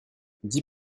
dix